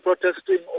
protesting